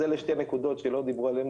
אז אלו שתי נקודות שלא דיברו עליהן,